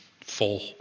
full